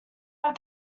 have